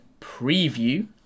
preview